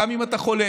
גם אם אתה חולה.